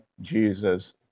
Jesus